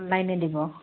অনলাইনে দিব